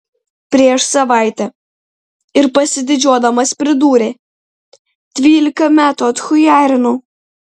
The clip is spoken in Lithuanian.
prieš savaitę ir pasididžiuodamas pridūrė dvylika metų atchujarinau